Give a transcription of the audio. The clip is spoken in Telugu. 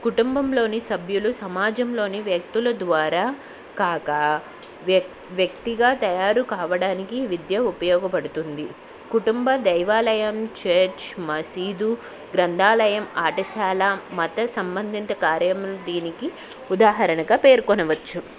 కుటుంబంలోని సభ్యులు సమాజంలోని వ్యక్తుల ద్వారా కాక వ్యక్ వ్యక్తిగా తయారు కావడానికి విద్య ఉపయోగపడుతుంది కుటుంబం దేవాలయం చర్చ్ మసీదు గ్రంథాలయం ఆటశాల మత సంబంధిత కార్యములు దీనికి ఉదాహరణగా పేర్కొనవచ్చు